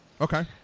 Okay